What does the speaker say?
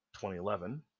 2011